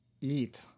Eat